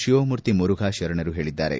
ಶಿವಮೂರ್ತಿ ಮುರುಫಾ ಶರಣರು ತಿಳಿಸಿದ್ದಾರೆ